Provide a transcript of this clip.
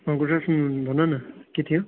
good afternoon भन न के थियो